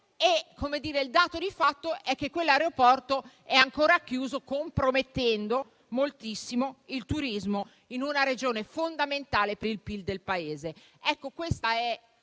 il dato di fatto è che quell'aeroporto è ancora chiuso, compromettendo moltissimo il turismo in una Regione fondamentale per il PIL del Paese.